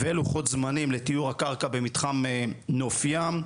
ולוחות זמנים לטיהור הקרקע במתחם נוף ים.